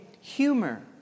humor